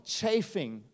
chafing